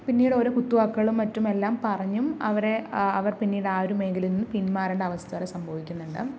പിന്നീട് ഒരു കുത്തുവാക്കുകളും മറ്റും എല്ലാം പറഞ്ഞും അവരെ അവർ പിന്നീട് ആ ഒരു മേഖലയിൽ നിന്ന് പിന്മാറേണ്ട അവസ്ഥ വരെ സംഭവിക്കുന്നുണ്ട്